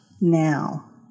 now